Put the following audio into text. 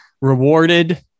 rewarded